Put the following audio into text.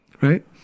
right